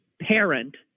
parent